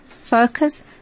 focus